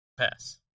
Pass